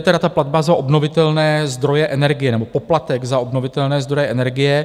To je tedy ta platba za obnovitelné zdroje energie nebo poplatek za obnovitelné zdroje energie.